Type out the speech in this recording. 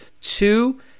two